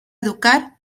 educar